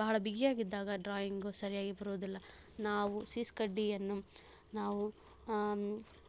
ಬಹಳ ಬಿಗಿಯಾಗಿದ್ದಾಗ ಡ್ರಾಯಿಂಗು ಸರಿಯಾಗಿ ಬರುವುದಿಲ್ಲ ನಾವು ಸೀಸ ಕಡ್ಡಿಯನ್ನು ನಾವು